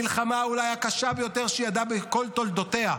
המלחמה אולי הקשה ביותר שידעה בכל תולדותיה.